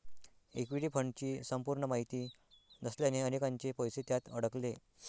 equity फंडची संपूर्ण माहिती नसल्याने अनेकांचे पैसे त्यात अडकले